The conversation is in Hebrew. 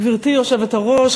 גברתי היושבת-ראש,